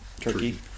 turkey